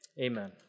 Amen